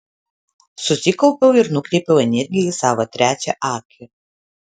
susikaupiau ir nukreipiau energiją į savo trečią akį